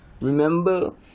remember